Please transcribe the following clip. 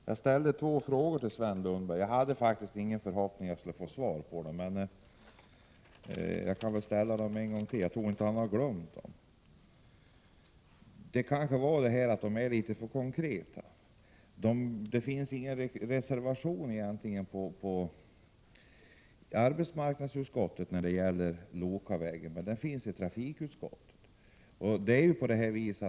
Herr talman! Jag ställde två frågor till Sven Lundberg —som jag i och för sig inte hade någon förhoppning om att få svar på — och jag kan ställa dem en gång till. Jag tror inte att han har glömt dem, men de kanske var litet för konkreta. Det finns ingen reservation till arbetsmarknadsutskottets betänkande när det gäller Lokavägen, men det finns en till trafikutskottets betänkande.